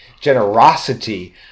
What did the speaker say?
generosity